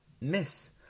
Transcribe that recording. miss